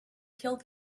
killed